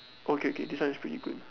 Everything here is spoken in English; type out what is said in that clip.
okay K this one is pretty good